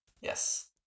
Yes